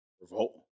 Revolt